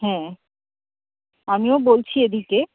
হ্যাঁ আমিও বলছি এদিকে